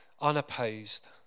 unopposed